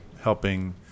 helping